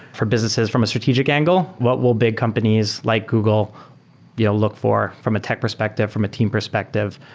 for businesses from a strategic angle, what will big companies like google you know look for from a tech perspective, from a team perspective,